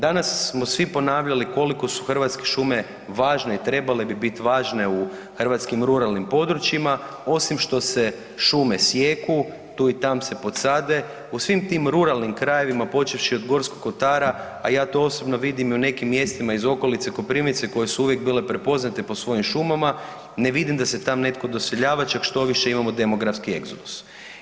Danas smo svi ponavljali koliko su hrvatske šume važne i trebale bi biti važne u hrvatskim ruralnim područjima osim što se šume sijeku tu i tam se podsade u svim tim ruralnim krajevima počevši od Gorskog kotara, a ja to osobno vidim i u nekim mjestima iz okolice Koprivnice koje su uvijek bile prepoznate po svojim šumama, ne vidim da se tam netko doseljava čak štoviše imamo demografski egzodus.